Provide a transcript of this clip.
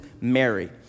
Mary